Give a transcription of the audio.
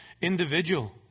individual